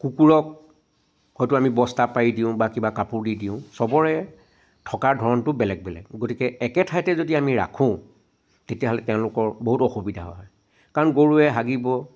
কুকুৰক হয়তো আমি বস্তা পাৰি দিওঁ বা কিবা কাপোৰ দি দিওঁ চবৰে থকাৰ ধৰণটো বেলেগ বেলেগ গতিকে একে ঠাইতে যদি আমি ৰাখোঁ তেতিয়াহ'লে তেওঁলোকৰ বহুত অসুবিধা হয় কাৰণ গৰুৱে হাগিব